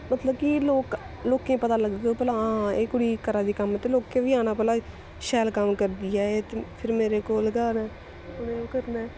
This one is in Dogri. मतलब कि लोक लोकें गी पता लगगा भला हां एह् कुड़ी करा दी कम्म ते लोकें बी आना भला शैल कम्म करदी ऐ एह् ते फिर मेरे कोल गै आना ऐ ओह् करना ऐ